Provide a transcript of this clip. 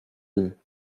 deux